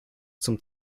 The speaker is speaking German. zum